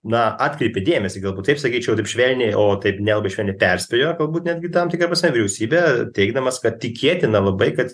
na atkreipė dėmesį galbūt taip sakyčiau taip švelniai o taip nelabai švelniai perspėjo galbūt netgi tam tikra prasme vyriausybe teigdamas kad tikėtina labai kad